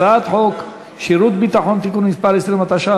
הצעת חוק שירות ביטחון (תיקון מס' 20),